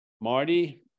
Marty